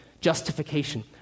justification